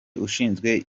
ushinzwe